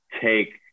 take